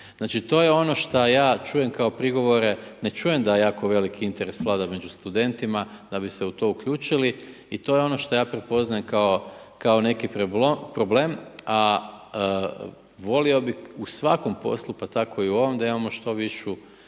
Znači to je ono što ja čujem kao prigovore, ne čujem da jako veliki interes vlada među studentima da bi se u to uključili i to je ono što ja prepoznajem kao neki problem, a volio bih u svakom poslu pa tako i u ovom da imamo što višu